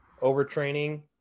overtraining